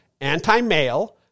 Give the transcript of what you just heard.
anti-male